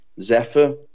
zephyr